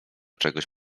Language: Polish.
czegoś